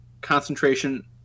Concentration